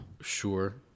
Sure